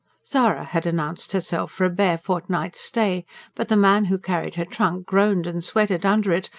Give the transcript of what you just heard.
zara had announced herself for a bare fortnight's stay but the man who carried her trunk groaned and sweated under it,